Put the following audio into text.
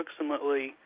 approximately